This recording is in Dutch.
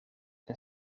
een